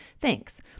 Thanks